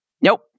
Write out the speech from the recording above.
Nope